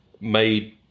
made